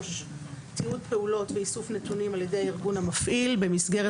"(3)תיעוד פעולות ואיסוף נתונים על ידי הארגון המפעיל במסגרת